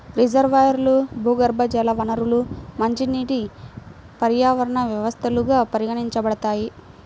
రిజర్వాయర్లు, భూగర్భజల వనరులు మంచినీటి పర్యావరణ వ్యవస్థలుగా పరిగణించబడతాయి